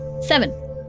Seven